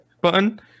button